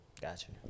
Gotcha